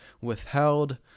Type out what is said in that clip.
withheld